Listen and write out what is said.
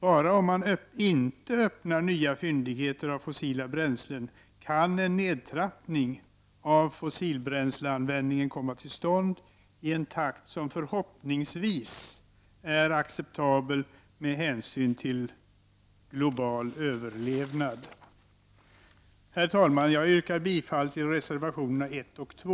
Bara om man inte öppnar nya fyndigheter av fossila bränslen kan en nedtrappning av fossilbränsleanvändningen komma till stånd i en takt som förhoppningsvis är acceptabel med hänsyn till global överlevnad. Herr talman! Jag yrkar bifall till reservationerna 1 och 2.